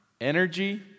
energy